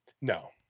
No